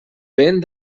ben